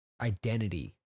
identity